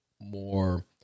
more